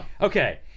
Okay